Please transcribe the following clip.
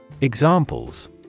Examples